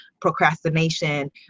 procrastination